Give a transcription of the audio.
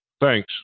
Thanks